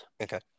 Okay